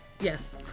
Yes